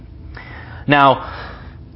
Now